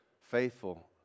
faithful